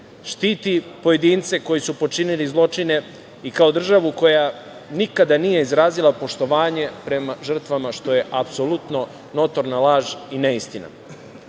štiti pojedince koji su počinili zločine i kao državu koja nikada nije izrazila poštovanje prema žrtvama, što je apsolutno notorna laž i neistina.